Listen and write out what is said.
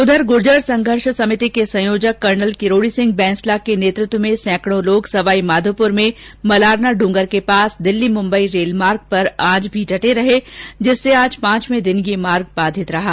उधर गूर्जर संघर्ष समिति के संयोजक कर्नल किरोडी सिंह बैंसला के नेतृत्व में सैंकडों लोग सवाई माधोपुर में मलारना डूंगर के पास दिल्ली मुंबई रेल मार्ग पर आज भी डटे रहे जिससे आज पांचवे दिन ये रेल मार्ग बाधित रहा